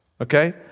okay